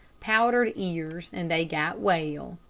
powdered ears, and they got well.